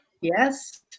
yes